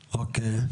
אוקיי.